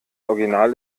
original